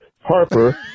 Harper